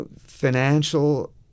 Financial